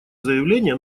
заявление